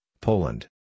Poland